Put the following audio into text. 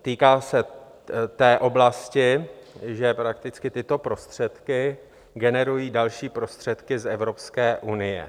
týká se té oblasti, že prakticky tyto prostředky generují další prostředky z Evropské unie.